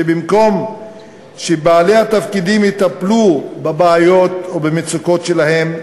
שבמקום שבעלי התפקידים יטפלו בבעיות ובמצוקות שלהם,